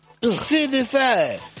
55